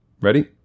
Ready